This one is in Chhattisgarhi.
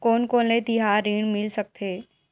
कोन कोन ले तिहार ऋण मिल सकथे?